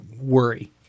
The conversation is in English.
worry